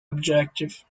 objective